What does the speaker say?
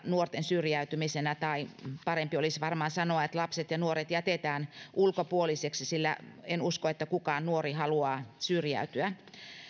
nuorten syrjäytymisenä tai parempi olisi varmaan sanoa että lapset ja nuoret jätetään ulkopuolisiksi sillä en usko että kukaan nuori haluaa syrjäytyä